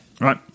Right